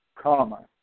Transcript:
comma